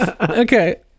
Okay